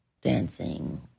dancing